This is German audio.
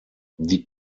die